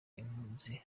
impunzi